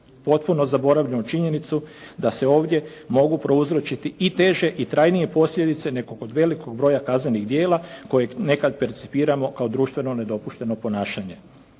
potpuno zaboravljamo činjenicu da se ovdje mogu prouzročiti i teže i trajnije posljedice nego kod velikog broja kaznenih djela kojeg nekad percipiramo kao društveno nedopušteno ponašanje.